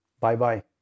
bye-bye